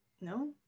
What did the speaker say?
No